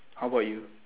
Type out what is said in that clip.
how about you